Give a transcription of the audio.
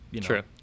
true